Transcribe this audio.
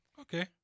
Okay